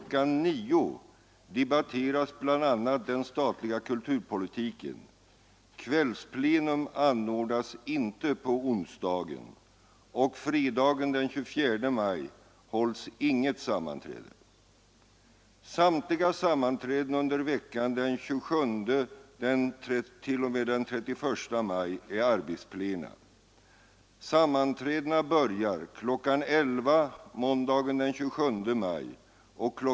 9.00 debatteras bl.a. den statliga kulturpolitiken. Kvällsplenum anordnas inte på onsdagen, och fredagen den 24 maj hålls inget sammanträde. Samtliga sammanträden under veckan den 27 — 31 maj är arbetsplena. Sammanträdena börjar kl. 11.00 måndagen den 27 maj och kl.